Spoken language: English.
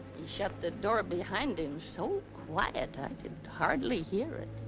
he shut the door behind him so quiet i could hardly hear it.